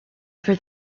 for